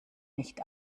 nicht